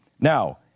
Now